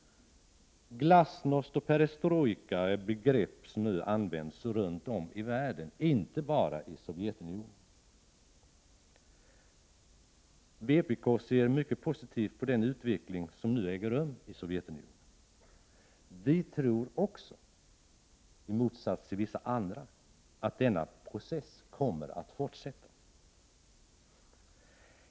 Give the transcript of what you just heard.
Glasnost och perestrojka är begrepp som nu används runt om i världen, inte bara i Sovjetunionen. Vpk ser mycket positivt på den utveckling som nu äger rum i Sovjetunionen. Vi tror också — i motsats till vissa andra — att denna process kommer att fortsätta.